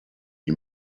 you